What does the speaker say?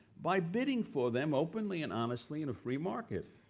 by bidding for them openly and honestly in a free market.